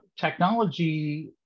technology